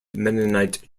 mennonite